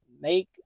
make